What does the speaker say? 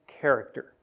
character